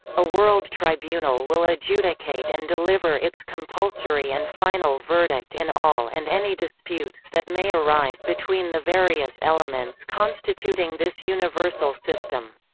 a world tribunal will adjudicate and deliver its compulsory and final verdict in all and any disputes that may arise between the various elements constituting this universal system.